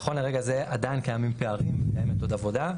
נכון לרגע זה עדיין קיימים פערים וקיימת עוד עבודה.